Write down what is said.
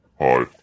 hi